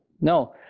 No